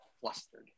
flustered